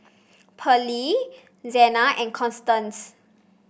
Pearlie Zena and Constance